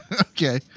Okay